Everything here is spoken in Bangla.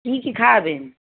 কী কী খাওয়াবেন